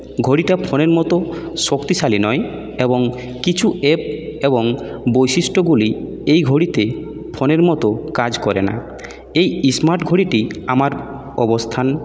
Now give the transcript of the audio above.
ঘড়িটা ফোনের মতো শক্তিশালী নয় এবং কিছু অ্যাপ এবং বৈশিষ্ট্যগুলি এই ঘড়িতে ফোনের মতো কাজ করে না এই স্মার্ট ঘড়িটি আমার অবস্থান